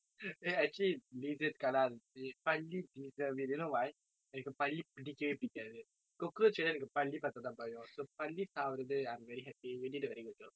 eh actually lizards க்கு எல்லாம் பல்லி:kku ellaam palli deserve it you know why எனக்கு பல்லி பிடிக்கவே பிடிக்காது:enakku palli pidikave pidikaathu cockroach வோட எனக்கு பல்லி பார்த்தா தான் பயம்:voda enakku palli paartthaa thaan payam so பல்லி சாவறது:palli saavarathu I'm very happy you did a very good job